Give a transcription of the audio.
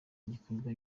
igikorwa